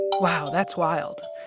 wow, that's wild.